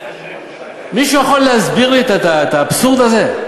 מישהו יכול להסביר לי את האבסורד הזה?